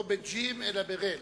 לא ב"ג'ימל", אלא ב"ריין".